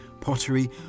pottery